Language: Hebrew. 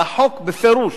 אבל החוק בפירוש,